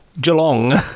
Geelong